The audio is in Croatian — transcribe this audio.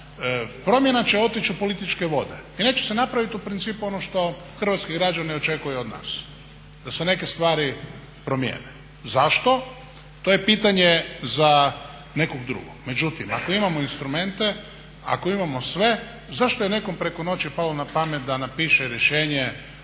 promjena će otić' u političke vode i neće se napravit u principu ono što hrvatski građani očekuju od nas, da se neke stvari promijene. Zašto? To je pitanje za nekog drugog. Međutim, ako imamo instrumente, ako imamo sve, zašto je nekom preko noći palo na pamet da napiše rješenje